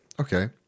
Okay